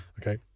Okay